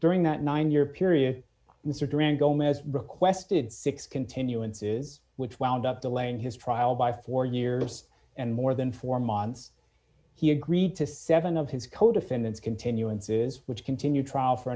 during that nine year period mr duran gomez requested six continuances which wound up delaying his trial by four years and more than four months he agreed to seven of his co defendants continuances which continued trial for